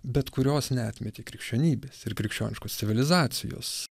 bet kurios neatmetė krikščionybės ir krikščioniškos civilizacijos